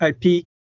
IP